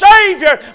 Savior